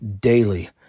daily